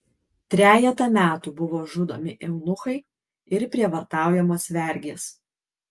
trejetą metų buvo žudomi eunuchai ir prievartaujamos vergės